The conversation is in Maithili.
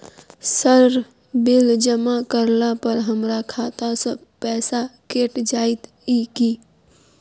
सर बिल जमा करला पर हमरा खाता सऽ पैसा कैट जाइत ई की?